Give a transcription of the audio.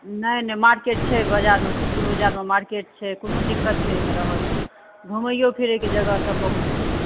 नहि नहि मार्केट छै बाजारमे सुखपुर बाजारमे मार्केट छै कोनो दिक्कत नहि रहत घुमइयो फिरैके जगह सब बहुत छै